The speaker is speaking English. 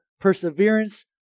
Perseverance